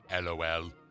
LOL